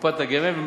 בקופת הגמל,